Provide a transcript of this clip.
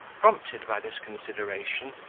prompted by this consideration,